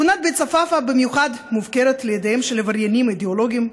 שכונת בית צפאפא במיוחד מופקרת לידיהם של עבריינים אידיאולוגיים.